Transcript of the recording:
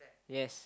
yes